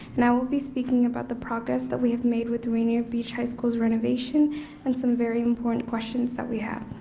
and i will be speaking about the progress that we have made with the rainier beach high school's renovation and some very important questions that we have.